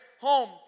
home